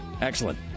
Excellent